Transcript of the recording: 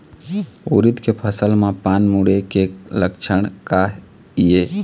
उरीद के फसल म पान मुड़े के लक्षण का ये?